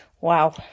Wow